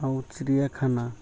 ଆଉ ଚିଡ଼ିଆଖାନା